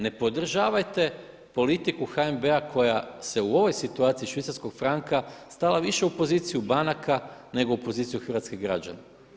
Ne podržavajte politiku HNB-a koja se u ovoj situaciji švicarskog franka stala više u poziciju banaka nego u poziciju hrvatskih građana.